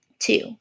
Two